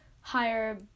higher